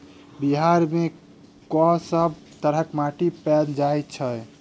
बिहार मे कऽ सब तरहक माटि पैल जाय छै?